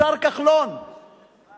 השר כחלון, מה?